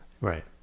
Right